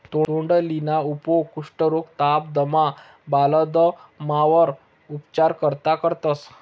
तोंडलीना उपेग कुष्ठरोग, ताप, दमा, बालदमावर उपचार करता करतंस